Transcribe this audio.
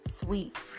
sweets